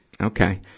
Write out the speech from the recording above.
okay